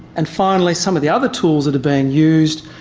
and finally some of the other tools that are being used,